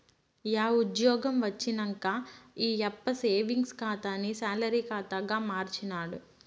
yeah ఉజ్జ్యోగం వచ్చినంక ఈ ఆయప్ప సేవింగ్స్ ఖాతాని సాలరీ కాతాగా మార్చినాడు